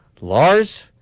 Lars